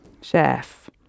Chef